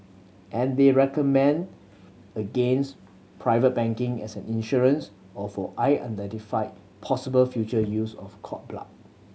and they recommend against private banking as an insurance or for unidentified possible future use of cord blood